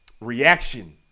reaction